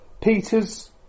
Peter's